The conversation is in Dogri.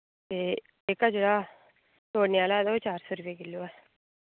ते एह्का जेह्ड़ा तोड़ने आह्ला ते ओह् चार सौ रपेऽ किलो ऐ